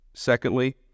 Secondly